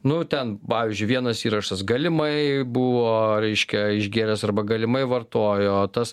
nu ten pavyzdžiui vienas įrašas galimai buvo reiškia išgėręs arba galimai vartojo tas